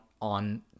on